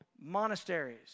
monasteries